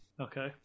Okay